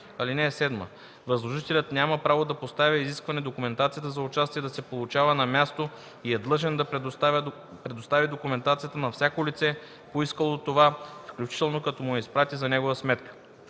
(7) Възложителят няма право да поставя изискване документацията за участие да се получава на място и е длъжен да предостави документацията на всяко лице, поискало това, включително като му я изпрати за негова сметка.